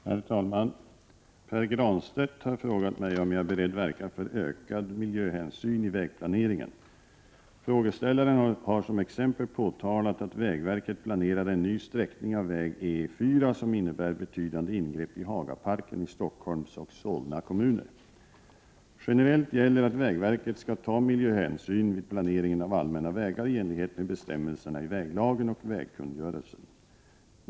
Herr talman! Pär Granstedt har frågat mig om jag är beredd att verka för ökad miljöhänsyn i vägplaneringen. Frågeställaren har som exempel anfört att vägverket planerar en ny sträckning av väg E 4 som innebär betydande ingrepp i Hagaparken i Stockholms och Solna kommuner. Generellt gäller att vägverket skall ta miljöhänsyn vid planeringen av allmänna vägar i enlighet med bestämmelserna i väglagen och vägkungörelsen.